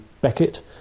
Beckett